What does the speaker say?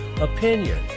opinion